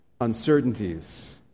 uncertainties